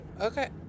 Okay